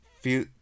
feel